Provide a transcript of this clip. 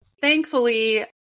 thankfully